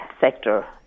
sector